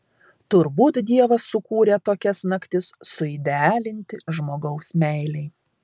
turbūt dievas sukūrė tokias naktis suidealinti žmogaus meilei